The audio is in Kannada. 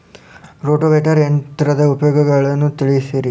ರೋಟೋವೇಟರ್ ಯಂತ್ರದ ಉಪಯೋಗಗಳನ್ನ ತಿಳಿಸಿರಿ